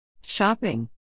shopping